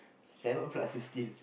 seven plus fifteen